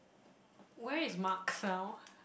where is mark sound